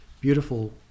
Beautiful